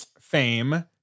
Fame